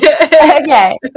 okay